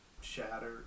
shatter